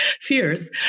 fears